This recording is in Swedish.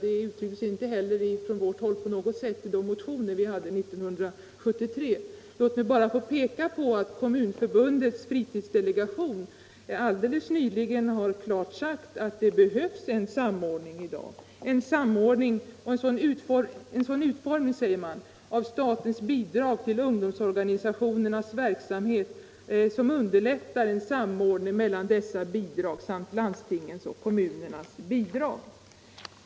Vi har inte heller på något sätt givit uttryck åt det i motioner 1973. Låt mig bara få peka på att Kommunförbundets fritidsdelegation alldeles nyligen klart har sagt att det i dag behövs en samordning. Man säger att statens bidrag till ungdomsorganisationernas verksamhet måste få en sådan utformning att en samordning underlättas mellan dessa bidrag och landstingens och kommunernas bidrag.